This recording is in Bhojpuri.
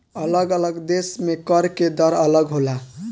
अलग अलग देश में कर के दर अलग होला